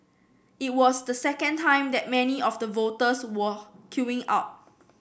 it was the second time that many of the voters were queuing up